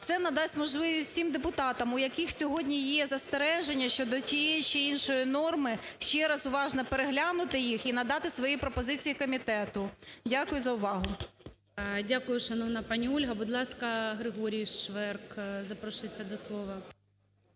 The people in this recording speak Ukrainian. Це надасть можливість всім депутатам, у яких сьогодні є застереження щодо тієї чи іншої норми, ще раз уважно переглянути їх і надати свої пропозиції комітету. Дякую за увагу. ГОЛОВУЮЧИЙ. Дякую, шановна пані Ольга. Будь ласка, Григорій Шверк запрошується до слова.